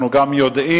אנחנו גם יודעים